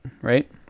right